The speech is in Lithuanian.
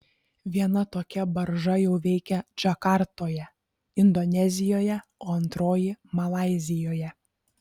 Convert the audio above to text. viena tokia barža jau veikia džakartoje indonezijoje o antroji malaizijoje